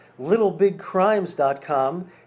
LittleBigCrimes.com